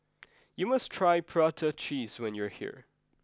you must try Prata Cheese when you are here